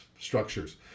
structures